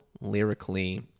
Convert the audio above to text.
lyrically